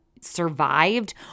survived